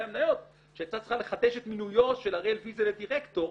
המניות שהייתה צריכה לחדש את המינוי של הראל ויזל לדירקטור.